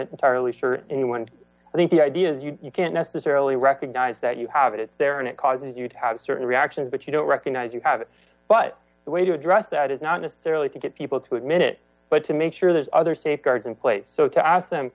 entirely sure anyone i think the idea is you know you can't necessarily recognize that you have it there and it causes you to have a certain reaction but you don't recognize you have it but the way to address that is not necessarily to get people to admit it but to make sure there's other safeguards in place so to a